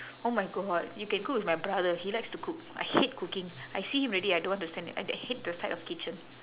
oh my god you can cook with my brother he likes to cook I hate cooking I see him already I don't want to stand I hate the sight of kitchen